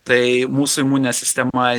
tai mūsų imuninė sistema